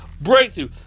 breakthrough